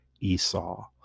Esau